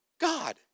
God